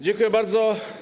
Dziękuję bardzo.